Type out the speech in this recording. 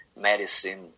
Medicine